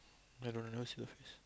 I don't I never see the face